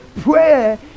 Prayer